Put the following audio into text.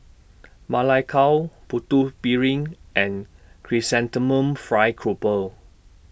Ma Lai Gao Putu Piring and Chrysanthemum Fried Grouper